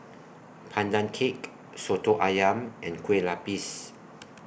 Pandan Cake Soto Ayam and Kue Lupis